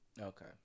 Okay